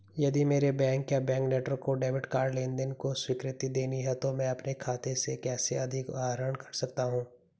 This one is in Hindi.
यदि मेरे बैंक या बैंक नेटवर्क को डेबिट कार्ड लेनदेन को स्वीकृति देनी है तो मैं अपने खाते से कैसे अधिक आहरण कर सकता हूँ?